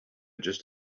just